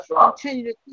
continue